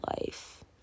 life